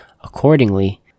accordingly